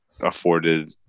afforded